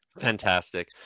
Fantastic